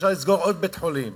אפשר לסגור עוד בית-חולים.